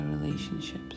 relationships